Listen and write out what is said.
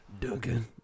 Duncan